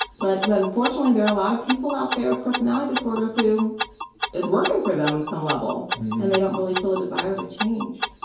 but but unfortunately, there are a lot of people out there with personality disorders whom it's working for them in some level and they don't really feel a desire to change.